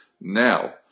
Now